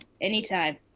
anytime